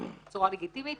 בצורה לגיטימית.